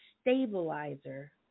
stabilizer